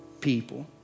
people